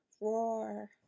roar